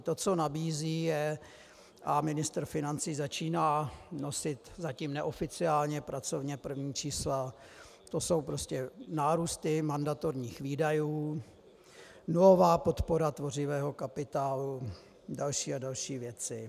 To, co nabízí, je a ministr financí začíná nosit zatím neoficiálně pracovně první čísla, to jsou prostě nárůsty mandatorních výdajů, nulová podpora tvořivého kapitálu, další a další věci.